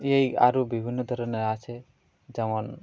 এই আরও বিভিন্ন ধরনের আছে যেমন